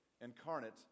incarnate